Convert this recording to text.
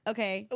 Okay